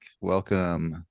welcome